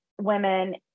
women